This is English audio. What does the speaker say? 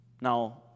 Now